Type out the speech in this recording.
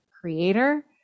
creator